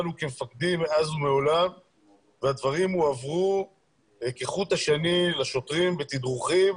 כמפקדים מאז ומעולם והדברים הועברו כחוט השני לשוטרים בתדרוכים.